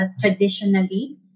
traditionally